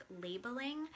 labeling